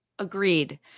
Agreed